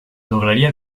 lograría